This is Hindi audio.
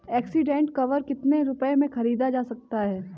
एक्सीडेंट कवर कितने रुपए में खरीदा जा सकता है?